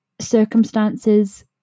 circumstances